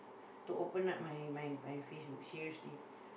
to open up my my my Facebook seriously